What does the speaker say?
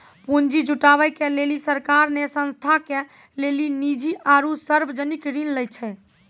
पुन्जी जुटावे के लेली सरकार ने संस्था के लेली निजी आरू सर्वजनिक ऋण लै छै